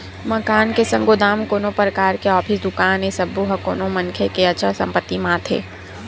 मकान के संग गोदाम, कोनो परकार के ऑफिस, दुकान ए सब्बो ह कोनो मनखे के अचल संपत्ति म आथे